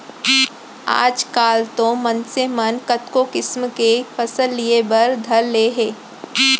आजकाल तो मनसे मन कतको किसम के फसल लिये बर धर ले हें